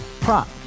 Prop